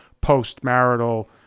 post-marital